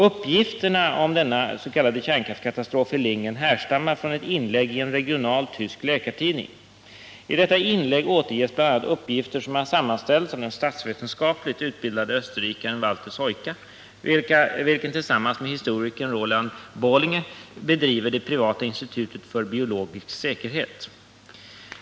Uppgifterna om denna s.k. kärnkraftskatastrof i Lingen härstammar från ett inlägg i en regional tysk läkartidning. I detta inlägg återges bl.a. uppgifter som har sammanställts av den statsvetenskapligt utbildade österrikaren Walter Soyka, vilken tillsammans med historikern Roland Bohlinge driver det privata Institutet för biologisk säkerhet.